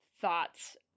thoughts